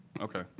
Okay